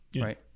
Right